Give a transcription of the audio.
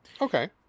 Okay